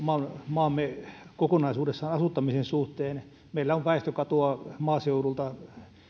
maamme kokonaisuudessaan asuttamisen suhteen meillä on väestökatoa maaseudulta